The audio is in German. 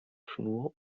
schnur